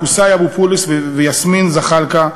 קוסאי אבו פולס ויסמין זחאלקה,